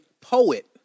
poet